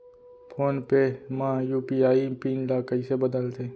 Phone पे म UPI pin ल कइसे बदलथे?